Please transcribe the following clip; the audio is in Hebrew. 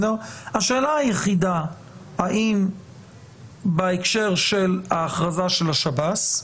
השאלה היחידה האם בהקשר של ההכרזה של השב"ס,